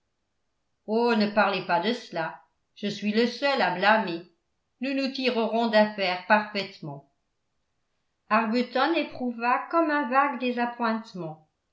oh ne parlez pas de cela je suis le seul à blâmer nous nous tirerons d'affaire parfaitement arbuton éprouva comme un vague